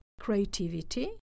creativity